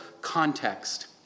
context